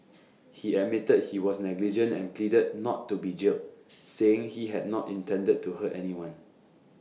he admitted he was negligent and pleaded not to be jailed saying he had not intended to hurt anyone